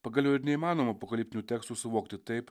pagaliau ir neįmanoma apokaliptinių tekstų suvokti taip